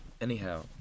anyhow